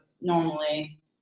normally